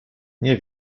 nie